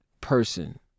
person